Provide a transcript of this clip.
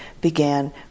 began